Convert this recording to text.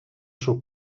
sus